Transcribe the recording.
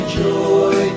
joy